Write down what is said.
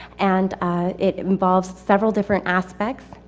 and ah it involves several different aspects,